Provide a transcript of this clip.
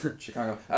Chicago